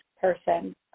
person